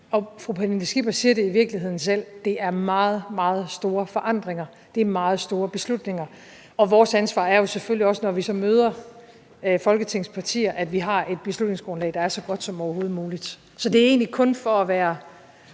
Fru Pernille Skipper siger det i virkeligheden selv, nemlig at det er meget, meget store forandringer, og det er meget store beslutninger. Og vores ansvar er jo selvfølgelig også, når vi så møder Folketingets partier, at vi har et beslutningsgrundlag, der er så godt som overhovedet muligt. Så det er egentlig kun for at